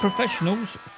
Professionals